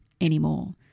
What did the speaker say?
anymore